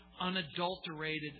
unadulterated